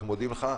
אנחנו מודים לך.